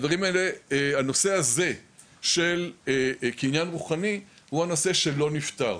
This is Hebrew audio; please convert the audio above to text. הנושא הזה של קניין רוחני הוא נושא שלא נפתר.